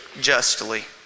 justly